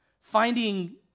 finding